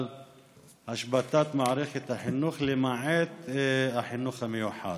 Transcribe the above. השבתת מערכת החינוך למעט החינוך המיוחד.